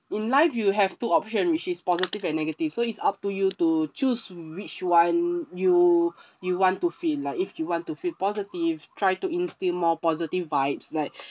in life you have two option which is positive and negative so it's up to you to choose which [one] you you want to feel like if you want to feel positive try to instill more positive vibes like